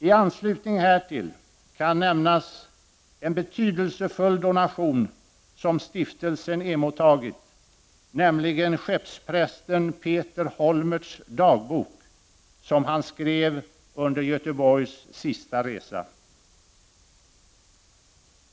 I anslutning härtill kan nämnas en betydelsefull donation som Stiftelsen emottagit, nämligen skeppsprästen Peter Holmertz dagbok, som han skrev under Götheborgs sista resa.